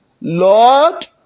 Lord